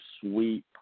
sweep